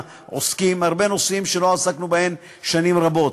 העוסקים יש הרבה נושאים שלא עסקנו בהם שנים רבות.